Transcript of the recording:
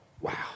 Wow